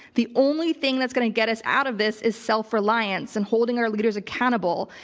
the only thing that's gonna get us out of this is self reliance and holding our leaders accountable.